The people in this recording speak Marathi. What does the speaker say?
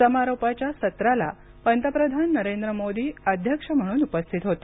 समारोपाच्या सत्राला पंतप्रधान नरेंद्र मोदी अध्यक्ष म्हणून उपस्थित होते